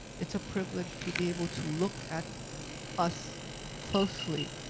it's a privilege to be able to look at us closely,